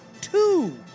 two